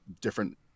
different